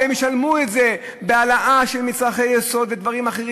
אבל הם ישלמו את זה בעליית מחירים של מצרכי יסוד ודברים אחרים,